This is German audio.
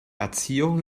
erziehung